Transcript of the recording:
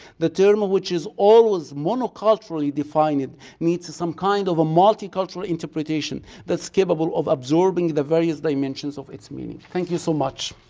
the term of which is always monoculturally defined and needs some kind of a multicultural interpretation that's capable of absorbing the various dimensions of its meaning. thank you so much.